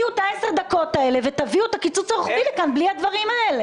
תשקיעו את עשר הדקות האלה ותביאו את הקיצוץ לכאן בלי הדברים האלה.